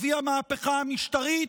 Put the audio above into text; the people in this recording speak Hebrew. אבי המהפכה המשטרית,